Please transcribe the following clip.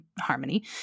Harmony